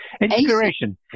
Inspiration